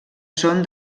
són